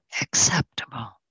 acceptable